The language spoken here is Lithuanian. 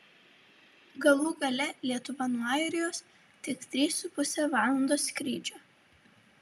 galų gale lietuva nuo airijos tik trys su puse valandos skrydžio